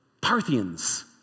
Parthians